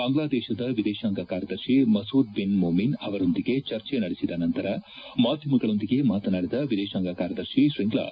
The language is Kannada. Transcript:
ಬಾಂಗ್ಲಾದೇಶದ ವಿದೇಶಾಂಗ ಕಾರ್ಯದರ್ಶಿ ಮಸೂದ್ ಬಿನ್ ಮೊಮಿನ್ ಅವರೊಂದಿಗೆ ಚರ್ಚೆ ನಡೆಸಿದ ನಂತರ ಮಾಧ್ಯಮಗಳೊಂದಿಗೆ ಮಾತನಾಡಿದ ವಿದೇಶಾಂಗ ಕಾರ್ಯದರ್ಶಿ ಶ್ರಿಂಗ್ಲಾ